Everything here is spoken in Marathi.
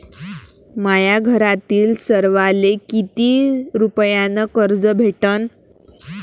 माह्या घरातील सर्वाले किती रुप्यान कर्ज भेटन?